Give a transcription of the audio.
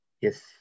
Yes